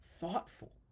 thoughtful